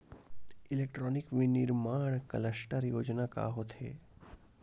Electronic विनीर्माण cluster योजना का होथे?